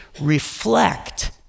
reflect